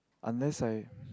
unless I